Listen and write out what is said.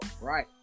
right